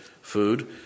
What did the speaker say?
food